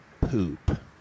poop